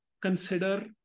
consider